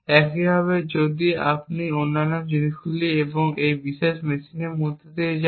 একইভাবে আপনি যদি অন্যান্য জিনিসগুলি এবং এই বিশেষ মেশিনের মধ্য দিয়ে যান